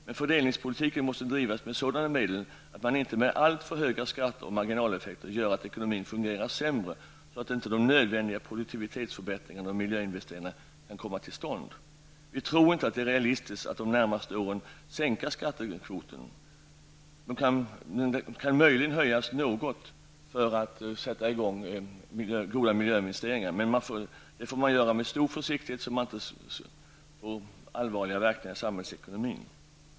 Men fördelningspolitiken måste drivas med sådana medel att man inte med alltför höga skatter och marginaleffekter åstadkommer att ekonomin fungerar sämre, med påföljd att de nödvändiga produktivitetsförbättringarna och miljöinvesteringarna inte kan komma till stånd. Vi tror inte att det är realistiskt att de närmaste åren sänka skattekvoten. Möjligen kan man tänka sig en liten höjning för att sätta i gång goda miljöinvesteringar, men det måste göras med stor försiktighet, så att det inte blir allvarliga verkningar på samhällsekonomin.